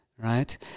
right